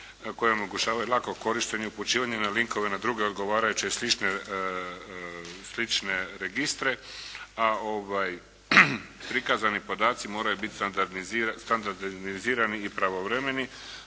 koje omogućavaju lako korištenje i upućivanje na linkove na druge odgovarajuće i slične registre, a prikazani podaci moraju biti standardizirani i pravovremeni,